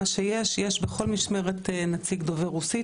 שבכל משמרת יש נציג דובר רוסית.